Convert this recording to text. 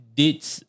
dates